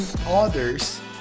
others